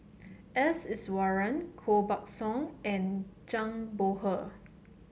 S Iswaran Koh Buck Song and Zhang Bohe